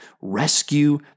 rescue